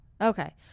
Okay